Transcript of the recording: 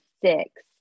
six